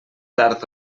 tard